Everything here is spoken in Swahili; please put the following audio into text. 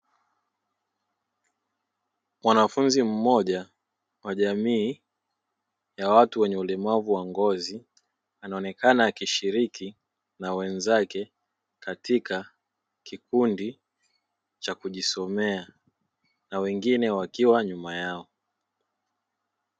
Mwanafunzi mmoja wa jamii ya watu wenye ulemavu wa ngozi, anaonekana akishiriki na wenzake katika kikundi cha kujisomea na wengine wakiwa nyuma yao.